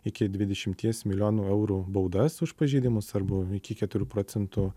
iki dvidešimties milijonų eurų baudas už pažeidimus arba iki keturių procentų